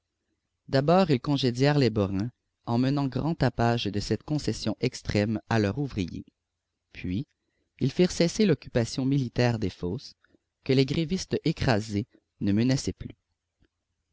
d'abord ils congédièrent les borains en menant grand tapage de cette concession extrême à leurs ouvriers puis ils firent cesser l'occupation militaire des fosses que les grévistes écrasés ne menaçaient plus